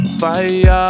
fire